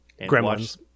Gremlins